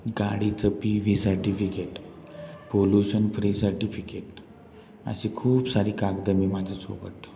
गाडीचं P V certificate pollution free certificate अशी खूप सारी कागद मी माझ्या सोबतं ठेवतो